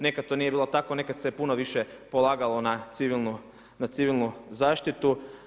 Nekad to nije bilo tako, nekad se puno više polagalo na civilnu zaštitu.